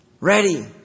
Ready